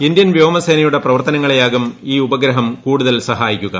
Indian വ്യോമസേനയുടെ പ്രവർത്തനങ്ങളെയാകും ഈ ഉപഗ്രഹം കൂടുതൽ സഹായിക്കുക